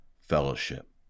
fellowship